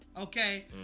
Okay